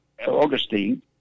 Augustine